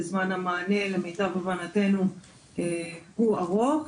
וזמן המענה למיטב הבנתנו הוא ארוך.